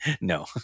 no